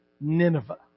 Nineveh